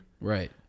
Right